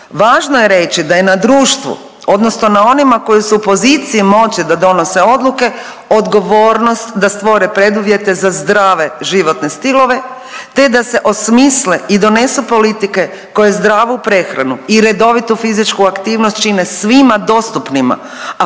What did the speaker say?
važno je reći da je na društvu odnosno na onima koji su u poziciji moći da donose odluke, odgovornost da stvore preduvjete za zdrave životne stilove, te da se osmisle i donesu politike koje zdravu prehranu i redovitu fizičku aktivnost čine svima dostupnima,